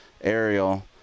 aerial